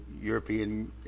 European